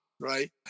right